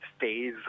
phase